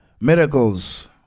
Miracles